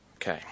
Okay